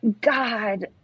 god